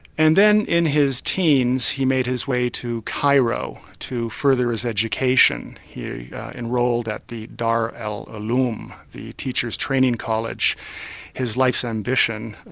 and then in his teens, he made his way to cairo to further his education. he enrolled at the dar al-'ulum, the teachers' training college his life's ambition,